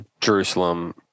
jerusalem